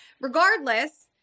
Regardless